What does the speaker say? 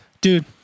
Dude